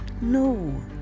No